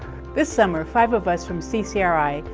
this summer, five of us from ccri,